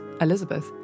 Elizabeth